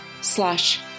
slash